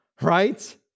Right